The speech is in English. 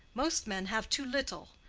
most men have too little.